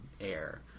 air